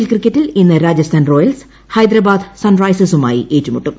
I P L ക്രിക്കറ്റിൽ ഇന്ന് Rajasthan Royals Hyderabad സൺറൈസേഴ്സുമായി ഏറ്റുമുട്ടും